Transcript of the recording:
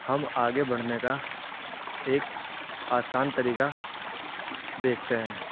ہم آگے بڑھنے کا ایک آسان طریقہ دیکھتے ہیں